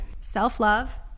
Self-love